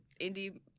indie